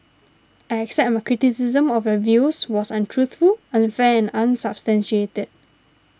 I accept my criticism of your views was untruthful unfair and unsubstantiated